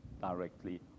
directly